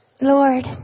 Lord